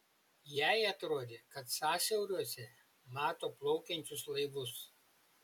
jai atrodė kad sąsiauriuose mato plaukiančius laivus